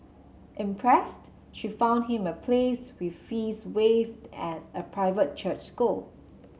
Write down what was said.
impressed she found him a place with fees waived at a private church school